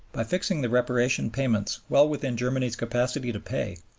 by fixing the reparation payments well within germany's capacity to pay,